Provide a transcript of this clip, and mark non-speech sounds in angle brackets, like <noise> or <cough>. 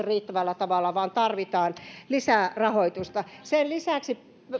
<unintelligible> riittävällä tavalla tarvitaan lisää rahoitusta sen lisäksi